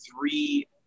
three